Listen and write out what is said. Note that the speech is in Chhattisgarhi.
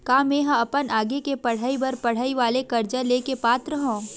का मेंहा अपन आगे के पढई बर पढई वाले कर्जा ले के पात्र हव?